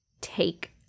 Take